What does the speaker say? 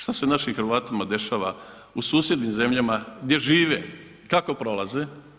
Šta se našim Hrvatima dešava u susjednim zemljama gdje žive, kako prolaze.